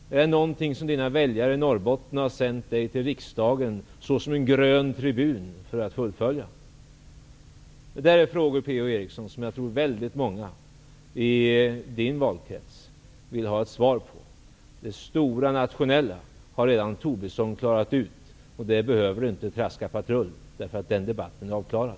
Är det någonting som Per Ola Erikssons väljare i Norrbotten har sänt honom till riksdagen för att fullfölja, såsom en grön tribun? Det är frågor till Per-Ola Eriksson som jag tror många i hans valkrets vill ha ett svar på. Det stora, nationella, har redan Tobisson klarat ut. Där behöver inte Per-Ola Eriksson traska patrull. Den debatten är avklarad.